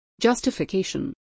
Justification